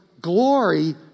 glory